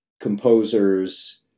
composers